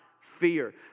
fear